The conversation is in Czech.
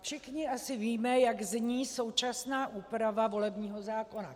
Všichni asi víme, jak zní současná úprava volebního zákona.